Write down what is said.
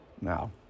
Now